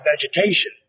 vegetation